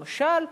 למשל,